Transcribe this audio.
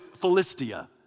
Philistia